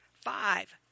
Five